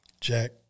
Jack